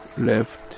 left